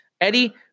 Eddie